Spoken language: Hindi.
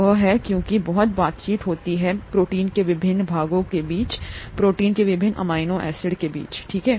वह है क्योंकिबहुत बातचीत होती है प्रोटीन के विभिन्न भागों के बीच होता है प्रोटीन में विभिन्न अमीनो एसिड ठीक है